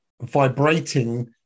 vibrating